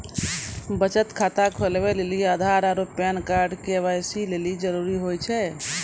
बचत खाता खोलबाबै लेली आधार आरू पैन कार्ड के.वाइ.सी लेली जरूरी होय छै